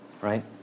right